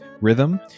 rhythm